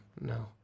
No